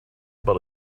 about